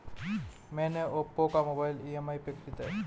मैने ओप्पो का mobile EMI पे खरीदा है